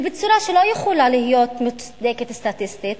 בצורה שלא יכולה להיות מוצדקת סטטיסטית,